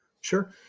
sure